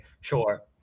sure